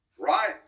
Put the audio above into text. right